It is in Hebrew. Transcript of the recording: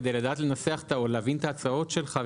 כדי לדעת לנסח או להבין את ההצעות שלך,